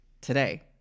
today